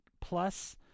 plus